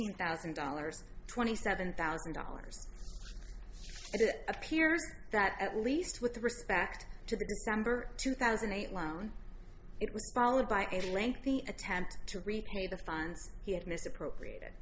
dollars thousand dollars twenty seven thousand dollars and it appears that at least with respect to the number two thousand and eight loan it was followed by a lengthy attempt to repay the funds he had misappropriated